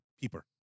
Peeper